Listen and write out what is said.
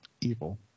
evil